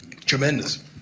Tremendous